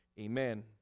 amen